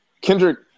Kendrick